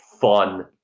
fun